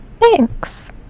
thanks